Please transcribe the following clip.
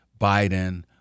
Biden